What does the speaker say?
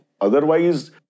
Otherwise